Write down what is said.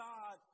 God